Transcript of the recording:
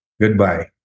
goodbye